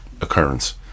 occurrence